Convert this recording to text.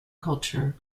culture